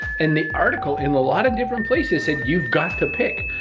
and the article in a lot of different places said you've got to pick.